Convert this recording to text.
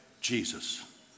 Jesus